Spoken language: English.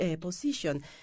position